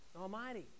Almighty